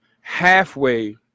halfway